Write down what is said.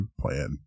plan